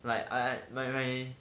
like I my my